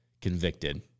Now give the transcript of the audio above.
convicted